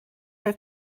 her